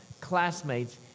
classmates